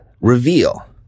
reveal